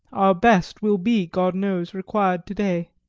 our best will be, god knows, required to-day.